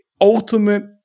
ultimate